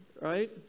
right